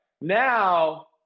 Now